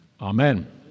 Amen